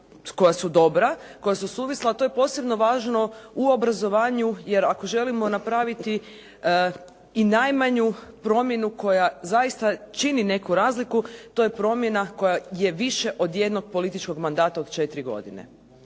koja su dobra, koja su suvisla, a to je posebno važno u obrazovanju jer ako želimo napraviti i najmanju promjenu koja zaista čini neku razliku, to je promjena koja je više od jednog političkog mandata od 4 godine.